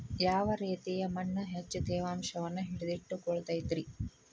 ಯಾವ ರೇತಿಯ ಮಣ್ಣ ಹೆಚ್ಚು ತೇವಾಂಶವನ್ನ ಹಿಡಿದಿಟ್ಟುಕೊಳ್ಳತೈತ್ರಿ?